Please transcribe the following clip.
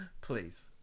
please